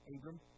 Abram